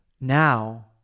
now